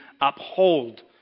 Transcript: uphold